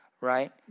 Right